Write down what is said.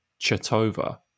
Chetova